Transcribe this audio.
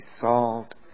solved